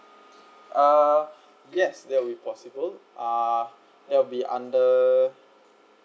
uh yes that will possible uh that will be under